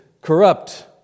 corrupt